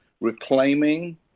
reclaiming